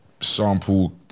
sample